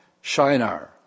Shinar